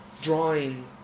drawing